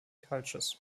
cultures